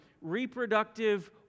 reproductive